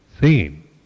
seen